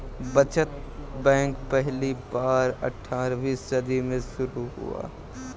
बचत बैंक पहली बार अट्ठारहवीं सदी में शुरू हुआ